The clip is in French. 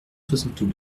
soixante